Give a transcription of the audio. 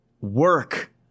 work